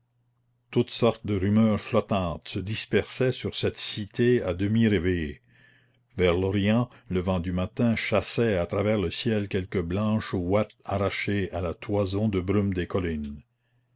toutes sortes de rumeurs flottantes se dispersaient sur cette cité à demi réveillée vers l'orient le vent du matin chassait à travers le ciel quelques blanches ouates arrachées à la toison de brume des collines